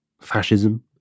fascism